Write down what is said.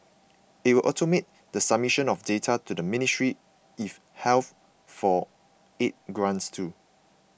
it will automate the submission of data to the Ministry if health for aid grants too